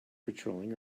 patrolling